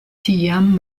tiam